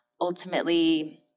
ultimately